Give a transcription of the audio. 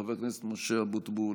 חבר הכנסת משה אבוטבול,